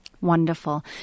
Wonderful